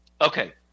Okay